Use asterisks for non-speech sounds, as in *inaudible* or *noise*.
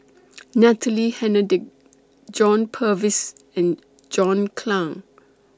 *noise* Natalie Hennedige John Purvis and John Clang